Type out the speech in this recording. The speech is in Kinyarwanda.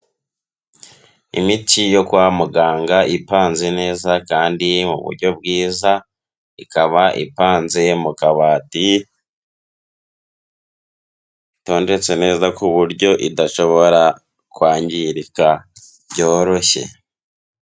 Imiti yo kwa muganga ipanze neza kandi mu buryo bwiza, ikaba ipanze mu kabati, itondetse neza ku buryo idashobora kwangirika byoroshye.